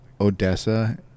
Odessa